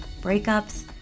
breakups